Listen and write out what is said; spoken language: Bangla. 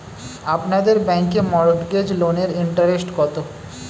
আপনাদের ব্যাংকে মর্টগেজ লোনের ইন্টারেস্ট কত?